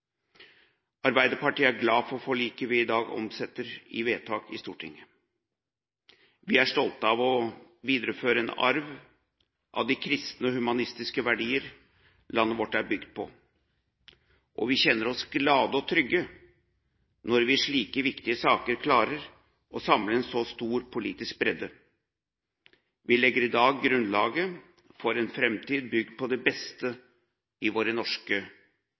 Arbeiderpartiet er glad for forliket vi i dag omsetter i vedtak i Stortinget. Vi er stolte av å videreføre en arv av de kristne og humanistiske verdier landet vårt er bygd på. Og vi kjenner oss glade og trygge når vi i slike viktige saker klarer å samle en så stor politisk bredde. Vi legger i dag grunnlaget for en framtid bygd på det beste i våre norske